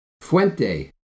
Fuente